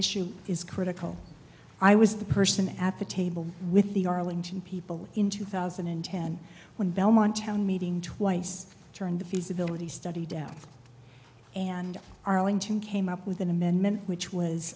issue is critical i was the person at the table with the arlington people in two thousand and ten when belmont town meeting twice turned the feasibility study down and arlington came up with an amendment which